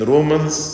Romans